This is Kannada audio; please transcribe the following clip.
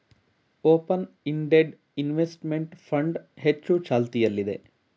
ಓಪನ್ ಇಂಡೆಡ್ ಇನ್ವೆಸ್ತ್ಮೆಂಟ್ ಫಂಡ್ ಹೆಚ್ಚು ಚಾಲ್ತಿಯಲ್ಲಿದೆ